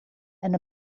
and